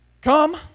Come